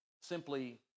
simply